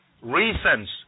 reasons